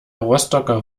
rostocker